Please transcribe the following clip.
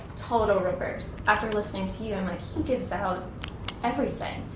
total reverse. after listening to you i'm like he gives out everything.